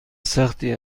سختی